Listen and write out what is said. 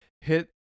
hit